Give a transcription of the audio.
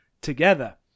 together